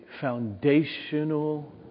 foundational